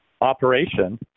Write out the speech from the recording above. operation